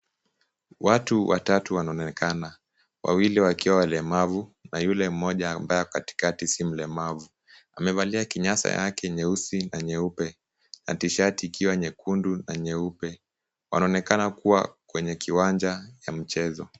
Watu watatu wanaonekana, wawili wakiwa walemavu na yule mmoja ambaye ako katikati si mlemavu, amevalia kinyasa yake nyeusi na nyeupe na tishati ikiwa nyekundu na nyeupe, wanaonekana kuwa kwenye kiwanja ya mchezo.